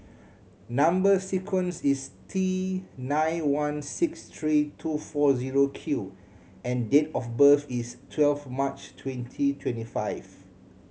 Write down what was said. number sequence is T nine one six three two four zero Q and date of birth is twelve March twenty twenty five